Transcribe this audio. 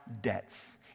debts